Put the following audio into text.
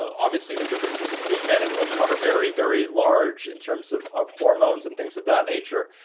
obviously, the differences between men and women are very, very large in terms of of hormones and things of that nature,